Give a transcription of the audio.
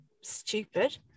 stupid